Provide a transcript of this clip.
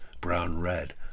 brown-red